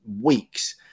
weeks